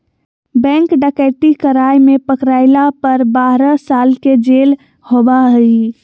bank डकैती कराय में पकरायला पर बारह साल के जेल होबा हइ